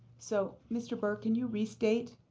so mr. burke, can you restate